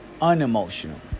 unemotional